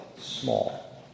small